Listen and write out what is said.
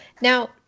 Now